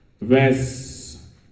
verse